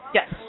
Yes